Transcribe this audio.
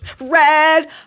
red